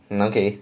mm okay